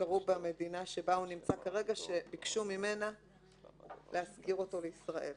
שקרו במדינה שבה הוא נמצא כרגע שביקשו ממנה להסגיר אותו לישראל.